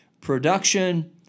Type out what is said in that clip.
production